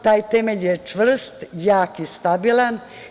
Taj temelj je čvrst, jak i stabilan.